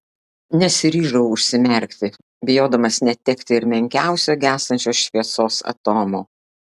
nesiryžau užsimerkti bijodamas netekti ir menkiausio gęstančios šviesos atomo